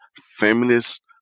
feminist